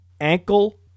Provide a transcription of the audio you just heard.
ankle